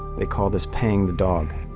they call this paying the dog.